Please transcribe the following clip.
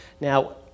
Now